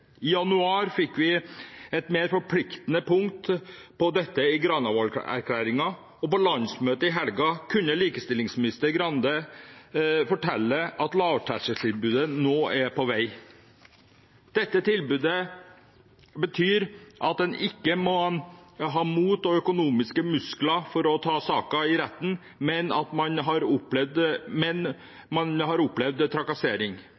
I januar fikk vi et mer forpliktende punkt om dette i Granavolden-plattformen, og på landsmøtet i helgen kunne likestillingsminister Skei Grande fortelle at lavterskeltilbudet nå er på vei. Dette tilbudet betyr at en ikke må ha mot og økonomiske muskler for å ta saken til retten hvis man har opplevd trakassering.